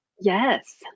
Yes